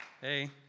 Hey